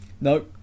no